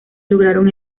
lograron